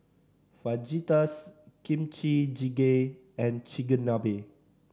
Fajitas Kimchi Jjigae and Chigenabe